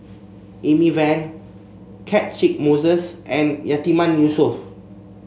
Amy Van Catchick Moses and Yatiman Yusof